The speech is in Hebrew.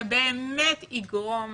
שבאמת יגרום